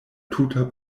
tuta